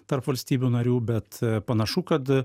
tarp valstybių narių bet panašu kad